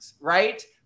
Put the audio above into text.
Right